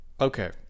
okay